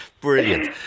Brilliant